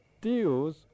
deals